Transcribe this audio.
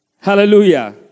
Hallelujah